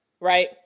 right